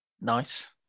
nice